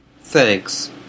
Thanks